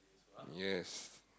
yes